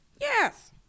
Yes